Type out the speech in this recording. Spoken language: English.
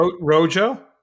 Rojo